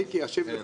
מיקי, אשיב לך.